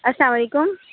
السّلام علیکم